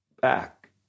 back